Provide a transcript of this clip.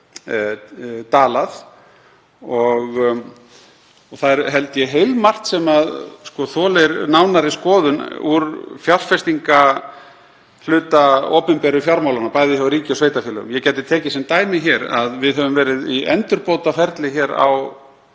dalað og það er, held ég, heilmargt sem þolir nánari skoðun úr fjárfestingarhluta opinberu fjármálanna, bæði hjá ríki og sveitarfélögum. Ég gæti tekið sem dæmi hér að við höfum verið í endurbótaferli á